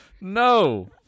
No